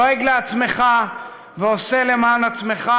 דואג לעצמך ועושה למען עצמך,